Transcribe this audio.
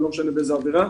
ולא משנה באיזו עבירה,